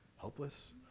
helpless